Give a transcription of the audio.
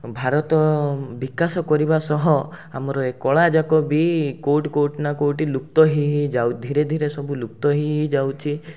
ଭାରତ ବିକାଶ କରିବା ସହ ଆମର ଏ କଳା ଯାକ ବି କେଉଁଠି କେଉଁଠି ନା କେଉଁଠି ଲୁପ୍ତ ହେଇ ହେଇ ଯାଉ ଧୀରେଧିରେ ସବୁ ଲୁପ୍ତ ହେଇ ହେଇ ଯାଉଛି